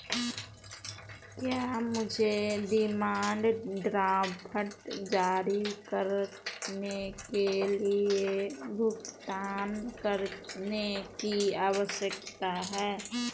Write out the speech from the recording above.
क्या मुझे demand draft जारी करने के लिए भुगतान करने की आवश्यकता है?